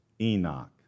Enoch